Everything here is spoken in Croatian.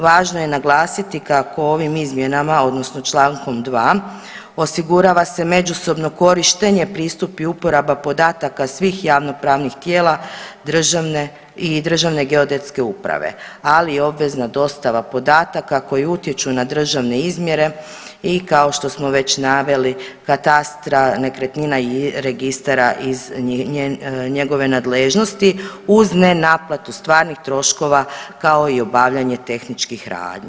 Važno je naglasiti kako ovim izmjenama odnosno Člankom 2. osigurava se međusobno korištenje, pristup i uporaba podataka svih javnopravnih tijela državne, i državne i geodetske uprave, ali i obvezna dostava podataka koji utječu na državne izmjere i kao što smo već najavili katastra nekretnina i registara iz njegove nadležnosti uz ne naplatu stvarnih troškova kao i obavljanje tehničkih radnji.